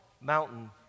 mountain